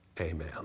Amen